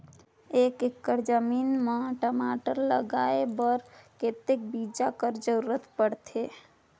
एक एकड़ जमीन म टमाटर लगाय बर कतेक बीजा कर जरूरत पड़थे?